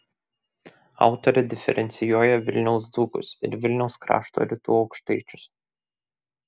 autorė diferencijuoja vilniaus dzūkus ir vilniaus krašto rytų aukštaičius